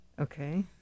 Okay